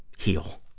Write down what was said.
heal.